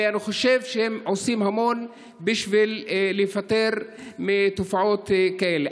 ואני חושב שהם עושים המון בשביל להיפטר מתופעות כאלה.